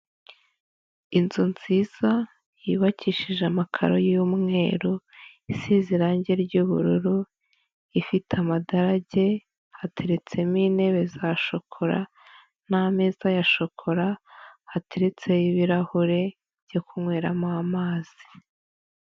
Inzu nziza yubakishije amakaro y'umweru, isize irange ry'ubururu, ifite amadarage, hateretsemo intebe za shokora n'ameza ya shokora, hateretseho ibirahure, byo kunyweramo amazi.